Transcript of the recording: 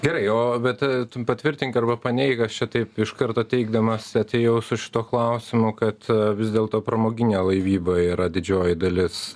gerai o bet tu patvirtink arba paneik aš čia taip iš karto teigdamas atėjau su šituo klausimu kad vis dėlto pramoginė laivyba yra didžioji dalis